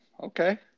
Okay